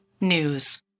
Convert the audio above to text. News